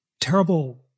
terrible